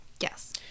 Yes